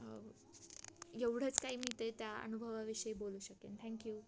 एवढंच काही मी ते त्या अनुभवाविषयी बोलू शकेन थँक यू